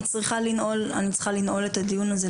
אני צריכה לנעול את הדיון הזה.